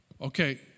Okay